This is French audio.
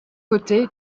côté